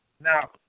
Now